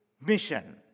mission